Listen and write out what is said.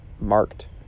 marked